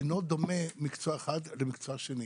אינו דומה מקצוע אחד למקצוע שני,